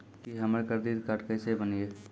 की हमर credit card केसे बनिये?